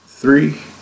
three